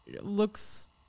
looks